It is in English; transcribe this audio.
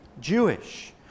Jewish